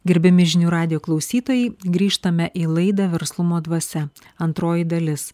gerbiami žinių radijo klausytojai grįžtame į laidą verslumo dvasia antroji dalis